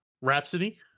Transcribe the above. Rhapsody